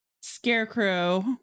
scarecrow